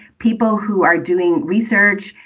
people who are doing research.